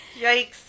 Yikes